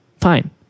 Fine